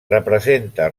representa